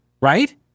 Right